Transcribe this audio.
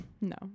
No